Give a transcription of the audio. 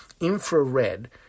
infrared